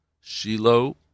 Shiloh